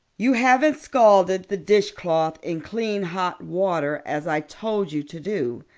you haven't scalded the dishcloth in clean hot water as i told you to do,